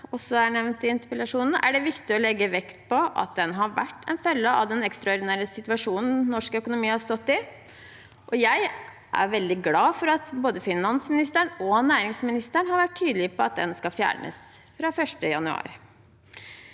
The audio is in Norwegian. som også er nevnt i interpellasjonen, er det viktig å legge vekt på at den har vært en følge av den ekstraordinære situasjonen norsk økonomi har stått i. Jeg er veldig glad for at både finansministeren og næringsministeren har vært tydelige på at den skal fjernes fra 1. januar.